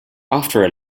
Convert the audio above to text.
after